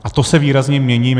A to se výrazně mění.